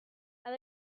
and